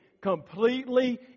Completely